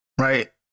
right